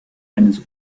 eines